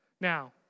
Now